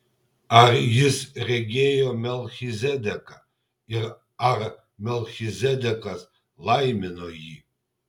ar jis regėjo melchizedeką ir ar melchizedekas laimino jį